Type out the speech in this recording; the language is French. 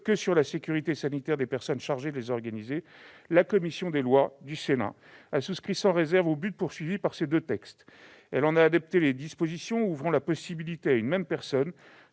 que sur la sécurité sanitaire des personnes chargées de les organiser, la commission des lois du Sénat a souscrit sans réserve au but poursuivi par ces deux textes. Elle en a adopté les dispositions, ouvrant la possibilité à une même personne